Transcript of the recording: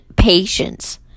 patience